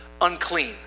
unclean